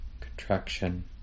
contraction